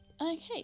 Okay